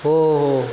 हो हो